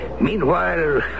meanwhile